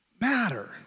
matter